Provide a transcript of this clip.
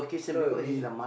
no you~